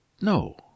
no